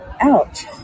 out